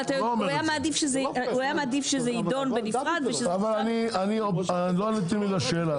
אבל הוא היה מעדיף שזה יידון בנפרד --- לא עניתם לי לשאלה,